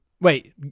Wait